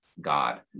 God